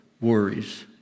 worries